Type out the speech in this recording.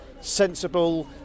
sensible